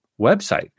website